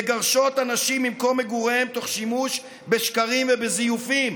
מגרשות אנשים ממקום מגוריהם תוך שימוש בשקרים ובזיופים,